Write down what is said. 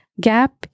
gap